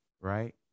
right